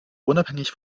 unabhängig